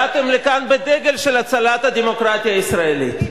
באתם לכאן בדגל של הצלת הדמוקרטיה הישראלית.